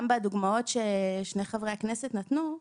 גם בדוגמאות ששני חברי הכנסת נתנו,